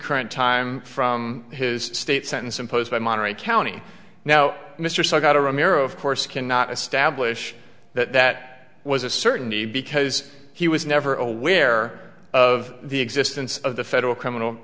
current time from his state sentence imposed by monterey county now mr scott a romero of course cannot establish that that was a certainty because he was never aware of the existence of the federal criminal